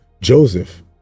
Joseph